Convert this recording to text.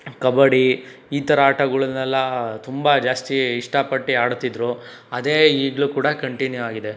ಕಬಡ್ಡಿ ಈ ಥರ ಆಟಗಳನ್ನೆಲ್ಲ ತುಂಬ ಜಾಸ್ತಿ ಇಷ್ಟ ಪಟ್ಟು ಆಡ್ತಿದ್ರು ಅದೇ ಈಗಲೂ ಕೂಡ ಕಂಟಿನ್ಯೂ ಆಗಿದೆ